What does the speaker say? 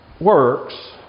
works